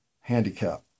handicap